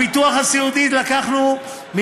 הביטוח הסיעודי, לקחנו,